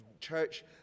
church